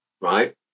Right